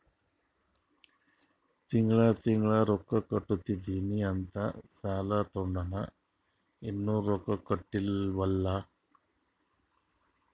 ತಿಂಗಳಾ ತಿಂಗಳಾ ರೊಕ್ಕಾ ಕಟ್ಟತ್ತಿನಿ ಅಂತ್ ಸಾಲಾ ತೊಂಡಾನ, ಇನ್ನಾ ರೊಕ್ಕಾ ಕಟ್ಟಿಲ್ಲಾ